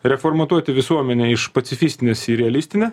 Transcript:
reformatuoti visuomenę iš pacifistinės į realistinę